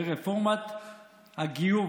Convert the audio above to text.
רפורמת הגיור,